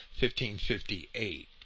1558